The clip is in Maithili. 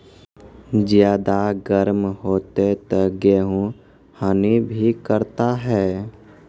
ज्यादा गर्म होते ता गेहूँ हनी भी करता है?